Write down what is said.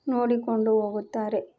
ನೋಡಿಕೊಂಡು ಹೋಗುತ್ತಾರೆ